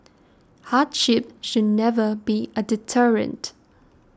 hardship should never be a deterrent